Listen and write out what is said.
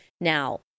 Now